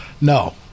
no